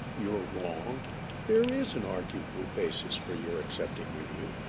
you're wrong there is an arguable basis for your accepting review.